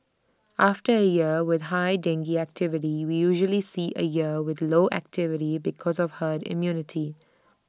after A year with high dengue activity we usually see A year with low activity because of herd immunity